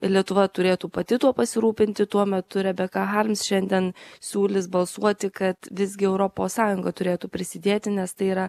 lietuva turėtų pati tuo pasirūpinti tuo metu rebeka harms šiandien siūlys balsuoti kad visgi europos sąjunga turėtų prisidėti nes tai yra